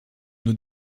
nous